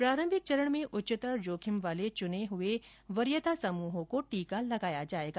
प्रारंभिक चरण में उच्चतर जोखिम वाले चुने हुए वरीयता समूहों को टीका लगाया जाएगा